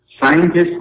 scientists